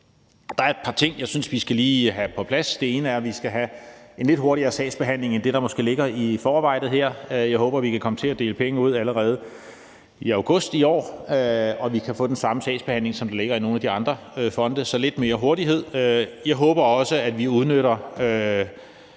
Der er et par ting, jeg synes vi lige skal have på plads. Det ene er, at vi skal have en lidt hurtigere sagsbehandling end det, der måske ligger i forarbejdet her. Jeg håber, at vi kan komme til at dele penge ud allerede i august i år, og at vi kan få den samme sagsbehandling, som ligger i nogle af de andre fonde – så lidt mere hurtighed. Jeg håber også, at vi udnytter